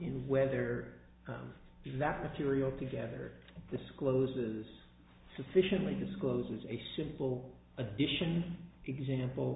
in where there is that material together discloses sufficiently discloses a simple addition example